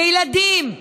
בילדים,